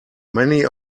many